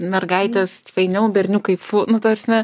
mergaitės fainiau berniukai fu nu ta prasme